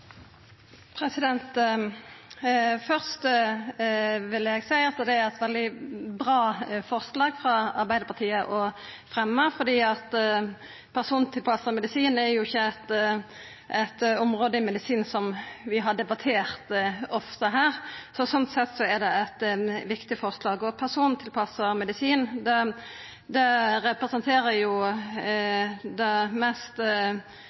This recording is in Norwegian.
veldig bra at Arbeidarpartiet fremjar dette forslaget, fordi persontilpassa medisin er ikkje eit område innan medisin som vi har debattert ofte. Slik sett er det eit viktig forslag. Persontilpassa medisin representerer det